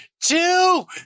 two